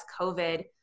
COVID